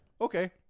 okay